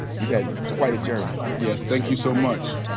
you've had quite a journey. yes. thank you so much.